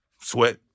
Sweat